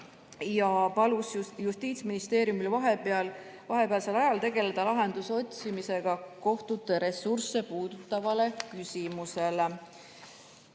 Ta palus just Justiitsministeeriumil vahepealsel ajal tegeleda lahenduse otsimisega kohtute ressursse puudutavale küsimusele.11.